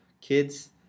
kids